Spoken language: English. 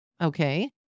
Okay